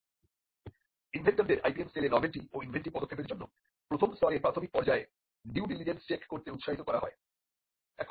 ইনভেন্টরদের IPM সেলে novelty ও inventive পদক্ষেপের জন্য প্রথম স্তরের প্রাথমিক পর্যায়ে ডিউ ডিলিজেন্স চেক করতে উৎসাহিত করা হয়